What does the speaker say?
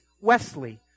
Wesley